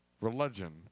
religion